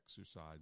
exercise